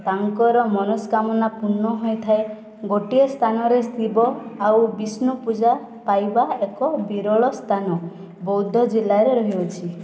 ତାଙ୍କର ମନସ୍କାମନା ପୂର୍ଣ୍ଣ ହୋଇଥାଏ ଗୋଟିଏ ସ୍ଥାନରେ ଶିବ ଆଉ ବିଷ୍ଣୁ ପୂଜା ପାଇବା ଏକ ବିରଳ ସ୍ଥାନ ବୌଦ ଜିଲ୍ଲାରେ ରହିଅଛି